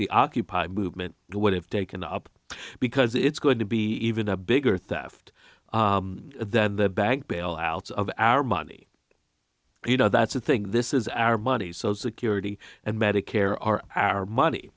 the occupy movement would have taken up because it's going to be even a bigger theft than the bank bailouts of our money you know that's the thing this is our money so security and medicare are our money